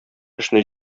эшне